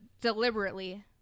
deliberately